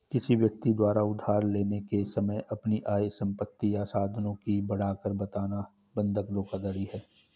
किसी व्यक्ति द्वारा उधार लेने के समय अपनी आय, संपत्ति या साधनों की बढ़ाकर बताना बंधक धोखाधड़ी है